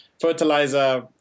fertilizer